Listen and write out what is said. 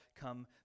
come